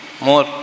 more